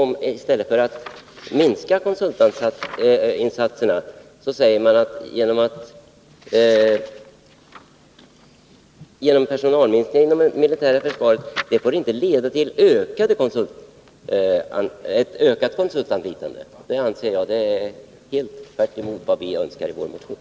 I stället för att säga att konsultinsatserna skall minskas, säger utskottet att ”personalminskningen inom det militära försvaret inte får leda till ——— ökat anlitande av konsulter”. Det är att göra tvärtemot vad vi önskar i vår motion.